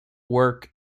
work